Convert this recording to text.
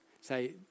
say